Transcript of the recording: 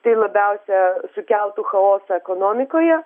tai labiausia sukeltų chaosą ekonomikoje